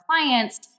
clients